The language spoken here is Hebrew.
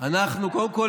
קודם כול,